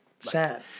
Sad